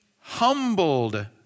humbled